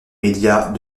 médias